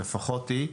לפחות היא,